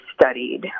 studied